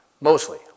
mostly